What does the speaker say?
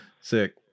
Sick